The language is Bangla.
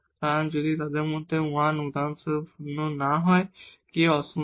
সুতরাং যদি তাদের মধ্যে 1 উদাহরণস্বরূপ শূন্য না হয় k অশূন্য